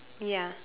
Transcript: ya